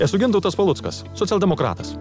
esu gintautas paluckas socialdemokratas